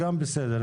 הכול בסדר,